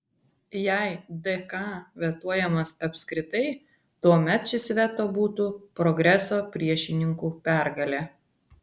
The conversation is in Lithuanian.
jei dk vetuojamas apskritai tuomet šis veto būtų progreso priešininkų pergalė